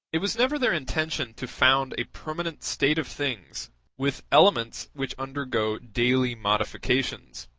it was never their intention to found a permanent state of things with elements which undergo daily modifications